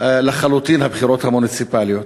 לחלוטין הבחירות המוניציפליות.